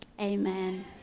Amen